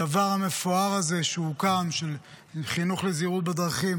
הדבר המפואר הזה שהוקם, של חינוך לזהירות בדרכים